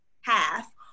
half